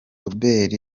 robert